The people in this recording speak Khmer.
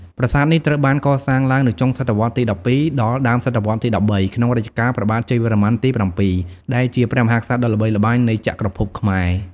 ប្រាសាទនេះត្រូវបានកសាងឡើងនៅចុងសតវត្សទី ១២ ដល់ដើមសតវត្សទី ១៣ ក្នុងរជ្ជកាលព្រះបាទជ័យវរ្ម័នទី ៧ ដែលជាព្រះមហាក្សត្រដ៏ល្បីល្បាញនៃចក្រភពខ្មែរ។